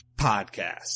Podcast